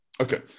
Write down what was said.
okay